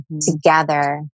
together